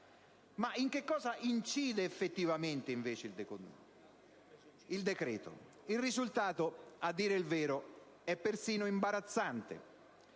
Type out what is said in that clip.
italiana. Su cosa incide effettivamente il decreto? Il risultato, a dire il vero, è perfino imbarazzante.